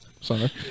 sorry